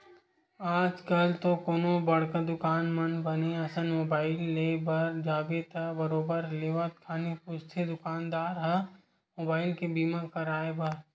आजकल तो कोनो बड़का दुकान म बने असन मुबाइल ले बर जाबे त बरोबर लेवत खानी पूछथे दुकानदार ह मुबाइल के बीमा कराय बर